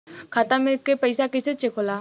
खाता में के पैसा कैसे चेक होला?